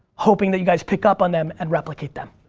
hoping that you guys pick up on them and replicate them.